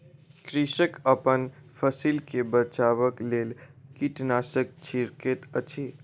कृषक अपन फसिल के बचाबक लेल कीटनाशक छिड़कैत अछि